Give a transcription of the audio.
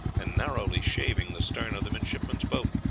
and narrowly shaving the stern of the midshipmen's boat,